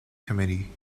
committee